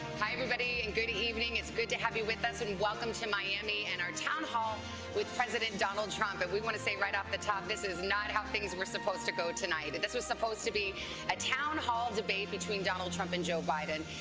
hi, everybody, and good evening. it's good to have you with us. and welcome to miami and our town hall with president donald trump. but we want to say right off the top, this is not how things were supposed to go tonight. and this was supposed to be a town hall debate between donald trump and joe biden.